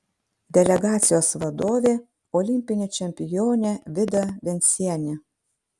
delegacijos vadovė olimpinė čempionė vida vencienė